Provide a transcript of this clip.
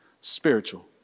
spiritual